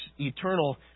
eternal